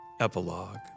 Epilogue